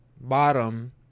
bottom